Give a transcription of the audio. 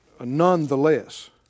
nonetheless